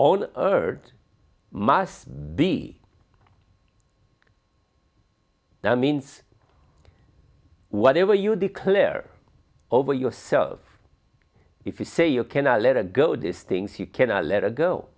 earth must be that means whatever you declare over yourself if you say you cannot let it go these things you cannot let or go